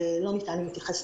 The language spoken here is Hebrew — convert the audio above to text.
לא ניתן להתייחס,